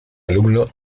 alumno